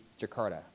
Jakarta